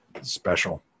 special